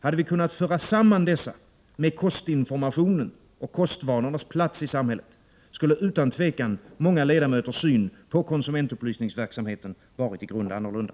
Hade vi kunnat föra samman dessa med kostinformationen och kostvanornas plats i samhället, skulle utan tvivel många ledamöters syn på konsumentupplysningsverksamheten varit i grund annorlunda.